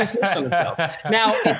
Now